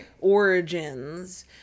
origins